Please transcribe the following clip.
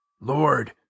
Lord